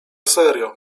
serio